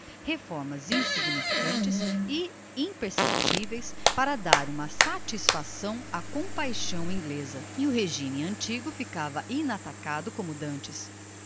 reformas insignificantes e imperceptiveis para dar uma satisfação á compaixão ingleza e o regimen antigo ficava inatacado como d'antes